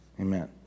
Amen